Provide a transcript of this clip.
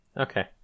Okay